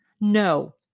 No